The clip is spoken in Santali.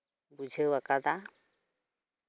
ᱵᱩᱡᱷᱟᱹᱣ ᱟᱠᱟᱫᱟ